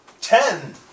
Ten